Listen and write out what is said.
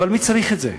אבל מי צריך את זה?